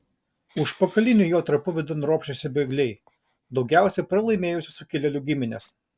užpakaliniu jo trapu vidun ropštėsi bėgliai daugiausiai pralaimėjusių sukilėlių giminės